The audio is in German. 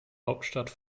hauptstadt